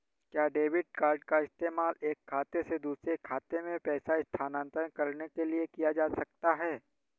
क्या debit card का इस्तेमाल एक खाते से दूसरे खाते में पैसे स्थानांतरण करने के लिए किया जा सकता है?